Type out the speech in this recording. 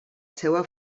seva